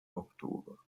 oktober